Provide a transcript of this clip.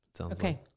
Okay